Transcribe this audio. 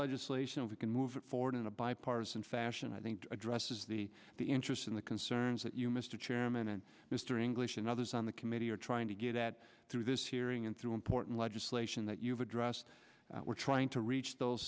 legislation we can move forward in a bipartisan fashion i think addresses the the interest in the concerns that you mr chairman and mr english and others on the committee are trying to get at through this hearing and through important legislation that you've addressed we're trying to reach those